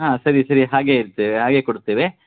ಹಾಂ ಸರಿ ಸರಿ ಹಾಗೇ ಇರ್ತೇವೆ ಹಾಗೇ ಕೊಡ್ತೇವೆ